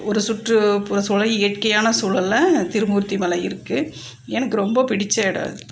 ஒரு சுற்றுப்புற சூழல் இயற்கையான சூழலில் திருமூர்த்தி மலை இருக்குது எனக்கு ரொம்ப பிடிச்ச இடம் அது